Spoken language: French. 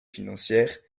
financières